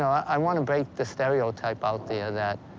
i want to break the stereotype out there that,